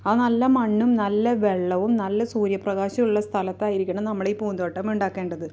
ആ നല്ല മണ്ണും നല്ല വെള്ളവും നല്ല സൂര്യപ്രകാശവുമുള്ള സ്ഥലത്തായിരിക്കണം നമ്മളീ പൂന്തോട്ടം ഉണ്ടാക്കേണ്ടത്